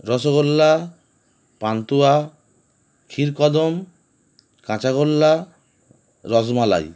rasgulla pantua kheerkadam kachagolla rasmalai